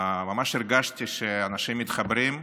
ממש הרגשתי שאנשים מתחברים,